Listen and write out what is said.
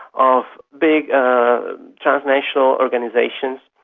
of big transnational organisations,